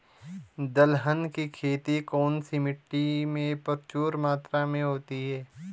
दलहन की खेती कौन सी मिट्टी में प्रचुर मात्रा में होती है?